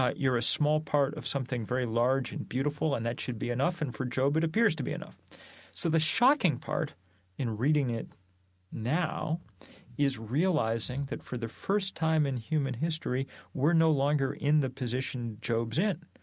ah you're a small part of something very large and beautiful and that should be enough, and for job it appears to be enough so the shocking part in reading it now is realizing that for the first time in human history we're no longer in the position job's in.